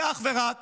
היא אך ורק